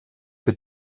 für